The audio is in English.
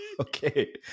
Okay